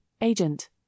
agent